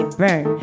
burn